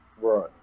Right